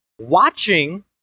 watching